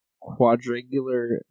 quadrangular